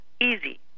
easy